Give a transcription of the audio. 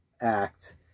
act